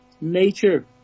nature